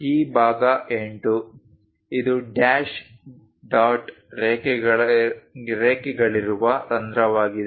ಈ ಭಾಗ 8 ಇದು ಡ್ಯಾಶ್ ಡಾಟ್ ರೇಖೆಗಳಿರುವ ರಂಧ್ರವಾಗಿದೆ